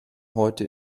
heute